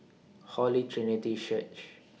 Holy Trinity Church